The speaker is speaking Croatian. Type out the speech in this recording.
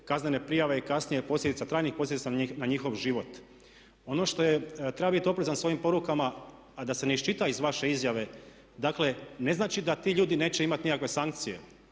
kaznene prijave i kasnije trajnih posljedica na njihov život. Ono što treba biti oprezan s ovim porukama a da se ne iščita iz vaše izjave dakle ne znači da ti ljudi neće imati nikakve sankcije.